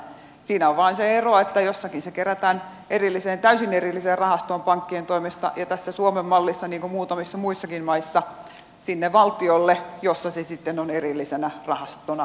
siinä on vain se ero että jossakin se kerätään täysin erilliseen rahastoon pankkien toimesta ja tässä suomen mallissa niin kuin muutamissa muissakin maissa valtiolle jossa se sitten on erillisenä rahastona siellä sisällä